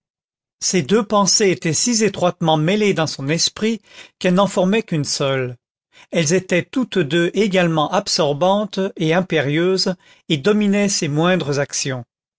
ces deux pensées étaient si étroitement mêlées dans son esprit qu'elles n'en formaient qu'une seule elles étaient toutes deux également absorbantes et impérieuses et dominaient ses moindres actions